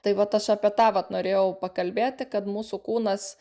tai vat aš apie tą vat norėjau pakalbėti kad mūsų kūnas